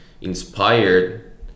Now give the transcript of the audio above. inspired